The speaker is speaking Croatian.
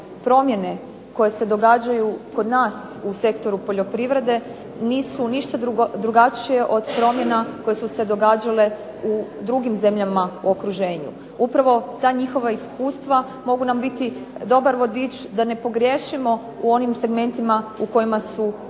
promjene koje se događaju kod nas u sektoru poljoprivrede nisu ništa drugačije od promjena koje su se događale u drugim zemljama u okruženju. Upravo ta njihova iskustva mogu nam biti dobar vodič da ne pogriješimo u onim segmentima u kojima su